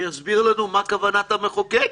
שיסביר לנו מה כוונת המחוקק?